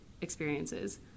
experiences